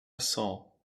saw